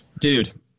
Dude